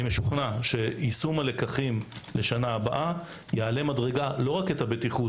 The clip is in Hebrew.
שיישום הלקחים לשנה הבאה יעלה מדרגה לא רק את הבטיחות